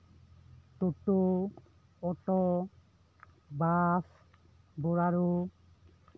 ᱴᱳᱴᱳ auto bus ᱵᱳᱞᱮᱨᱳ